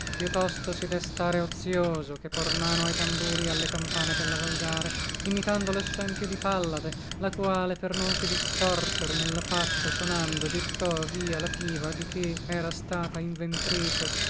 tosto si de stare ozioso che por mano ai tamburi e alle campane della volgare imitando lessempio di pallade la quale per non si distorcere nella faccia sonando gittò via la piva di che era stata inventrice